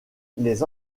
les